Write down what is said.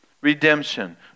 Redemption